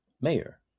mayor